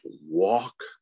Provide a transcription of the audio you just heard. walk